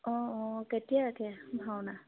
অঁ অঁ কেতিয়াকৈ ভাওনা